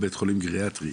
או גריאטרי,